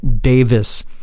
Davis